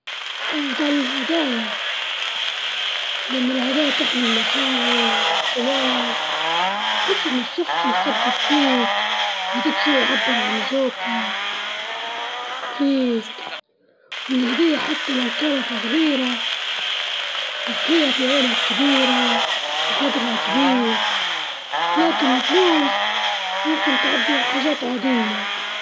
أفضل موسيقى الموسيقى العصرية، لإنها تعكس التغييرات الثقافية والمشاعر الحديثة وتعطيك طاقة وتخليك تعيش اللحظة، لكن الموسيقى الكلاسيكية فيها طبع خاص وجميل خاصة لما تبي تهدا.